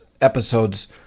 episodes